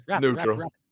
neutral